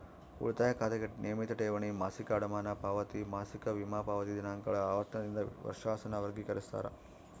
ಉಳಿತಾಯ ಖಾತೆಗೆ ನಿಯಮಿತ ಠೇವಣಿ, ಮಾಸಿಕ ಅಡಮಾನ ಪಾವತಿ, ಮಾಸಿಕ ವಿಮಾ ಪಾವತಿ ದಿನಾಂಕಗಳ ಆವರ್ತನದಿಂದ ವರ್ಷಾಸನ ವರ್ಗಿಕರಿಸ್ತಾರ